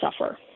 suffer